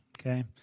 Okay